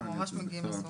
אנחנו ממש מגיעים לסוף.